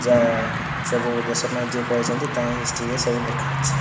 ଯା ସବୁ ଦେଶ ପାଇଁ ଯିଏ କରିଛନ୍ତି ତାହା ହିଁ ହିଷ୍ଟରୀରେ ସବୁ ଲେଖା ଅଛି